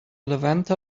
levanter